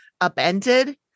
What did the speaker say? upended